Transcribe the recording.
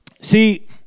See